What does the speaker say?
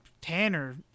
Tanner